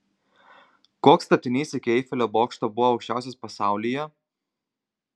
koks statinys iki eifelio bokšto buvo aukščiausias pasaulyje